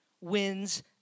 wins